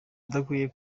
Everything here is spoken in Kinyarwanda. udakwiye